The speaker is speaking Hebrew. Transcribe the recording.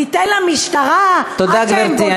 ניתן למשטרה, תודה, גברתי.